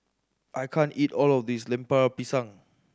I can't eat all of this Lemper Pisang